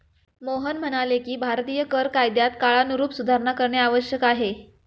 मोहन म्हणाले की भारतीय कर कायद्यात काळानुरूप सुधारणा करणे आवश्यक आहे